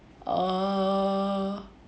err